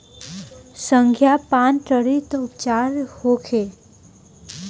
संखिया पान करी त का उपचार होखे?